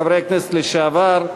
חברי הכנסת לשעבר,